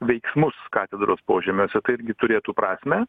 veiksmus katedros požemiuose tai irgi turėtų prasmę